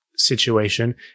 situation